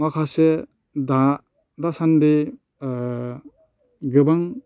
माखासे दासान्दि गोबां